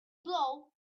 blow